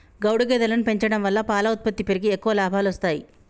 గౌడు గేదెలను పెంచడం వలన పాల ఉత్పత్తి పెరిగి ఎక్కువ లాభాలొస్తాయి